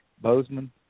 Bozeman